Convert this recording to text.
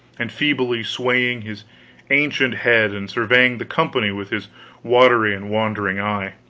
and feebly swaying his ancient head and surveying the company with his watery and wandering eye.